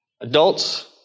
Adults